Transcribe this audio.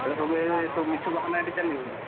ଏଇଟା ସବୁ ଏ ମିଛ ବାହାନା ଏଇଠି ଚାଲିବନି